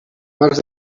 març